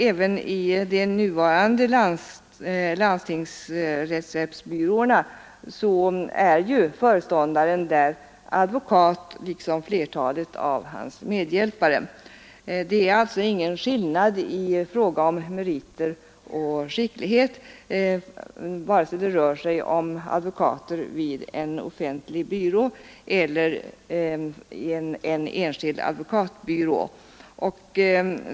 Även i landstingens nuvarande rättshjälpsbyråer är föreståndaren advokat liksom flertalet av hans medhjälpare. Det råder alltså ingen skillnad i fråga om meriter och skicklighet mellan advokater vid en offentlig byrå och advokater vid en enskild advokatbyrå.